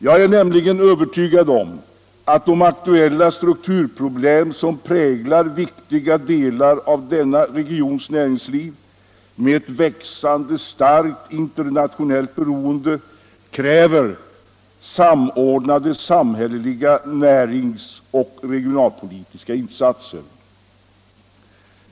Jag är nämligen övertygad om att de aktuella strukturproblem som präglar viktiga delar av denna regions näringsliv, med ett växande starkt internationellt beroende, kräver samordnade samhälleliga näringsoch regionalpolitiska insatser.